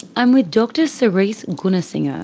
i'm with dr so cerisse gunasinghe,